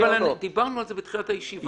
אבל דיברנו על זה בתחילת הישיבה.